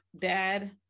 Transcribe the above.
dad